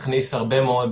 מכניס הרבה מאוד